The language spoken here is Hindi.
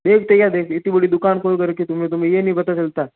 फिर तैयार भेज दी इतनी बड़ी दुकान खोल कर रखी तुमने तुम्हें यही नहीं पता चलता